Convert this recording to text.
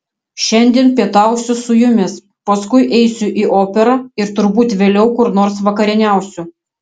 šiandien pietausiu su jumis paskui eisiu į operą ir turbūt vėliau kur nors vakarieniausiu